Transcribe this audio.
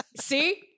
See